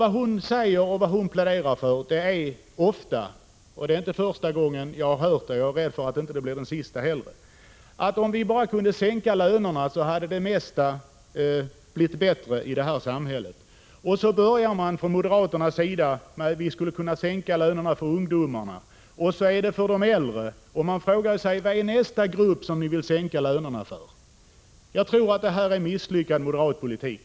Vad hon ofta säger och pläderar för är nämligen — det är inte första gången jag har hört det, och jag är rädd för att det inte heller blir den sista — att om vi bara kunde sänka lönerna så skulle det mesta bli bättre i detta samhälle. Moderaterna vill att Prot. 1985/86:108 man börjar med att sänka lönerna för ungdomarna, och sedan för de äldre. — 3 april 1986 Man frågar sig då: Vilken är nästa grupp som ni vill sänka lönerna för? Jag tror att detta är en misslyckad moderat politik.